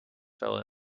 fill